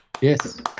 Yes